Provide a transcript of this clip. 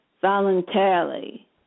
voluntarily